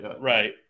Right